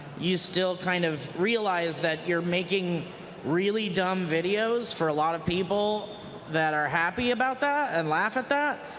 you still kinds kind of realize that you are making really dumb videos for a lot of people that are happy about that and laugh at that.